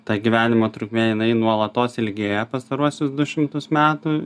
tą gyvenimo trukmė jinai nuolatos ilgėja pastaruosius du šimtus metų